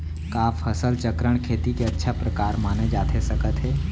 का फसल चक्रण, खेती के अच्छा प्रकार माने जाथे सकत हे?